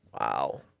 Wow